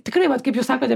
tikrai vat kaip jūs sakote